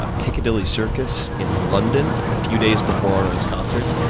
ah piccadilly circus in london a few days before one of his concerts.